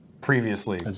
Previously